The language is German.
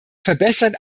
verbessern